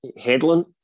Headland